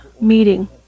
meeting